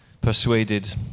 persuaded